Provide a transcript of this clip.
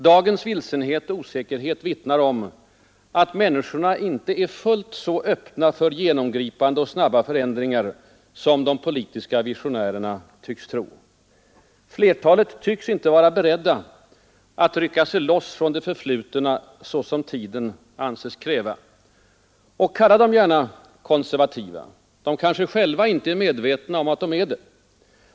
Dagens viisenhet och osäkerhet vittnar om att människorna inte är fullt så öppna för genomgripande och snabba förändringar som de politiska visionärerna tycks tro. Flertalet tycks inte vara beredda att rycka sig loss från det förflutna såsom tiden anses kräva. Kalla dem gärna konservativa. De kanske själva inte är medvetna om att de är det.